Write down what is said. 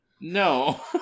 No